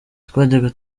twajyaga